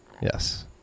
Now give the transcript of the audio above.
Yes